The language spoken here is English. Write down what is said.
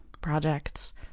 projects